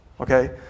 Okay